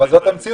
אבל זאת המציאות.